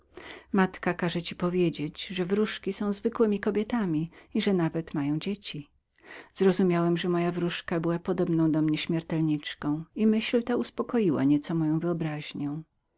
matka każe ci powiedzieć że wróżki są zwykłemi kobietami i że nawet mają dzieci zrozumiałem że moja wróżka była podobną mi śmiertelniczką i myśl ta uspokoiła nieco moją wyobraźnię